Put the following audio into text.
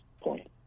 Point